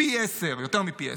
פי עשרה, יותר מפי עשרה.